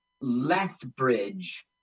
Lethbridge